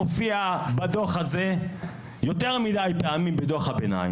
מופיעה יותר מדי פעמים בדו"ח הביניים,